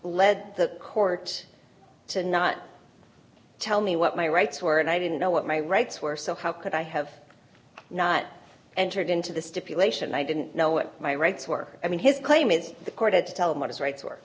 led the court to not tell me what my rights were and i didn't know what my rights were so how could i have not entered into this stipulation i didn't know what my rights were i mean his claim is the court had to tell him what his right